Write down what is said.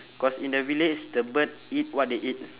cause in the village the bird eat what they eat